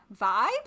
vibe